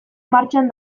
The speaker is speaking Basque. martxan